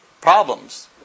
problems